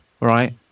Right